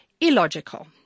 illogical